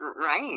Right